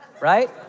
right